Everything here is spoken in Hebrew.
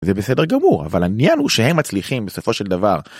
זה בסדר גמור אבל העניין הוא שהם מצליחים בסופו של דבר...